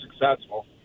successful